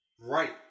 right